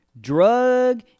Drug